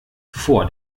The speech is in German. vor